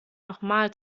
nochmal